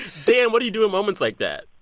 dan, what do you do in moments like that?